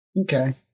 okay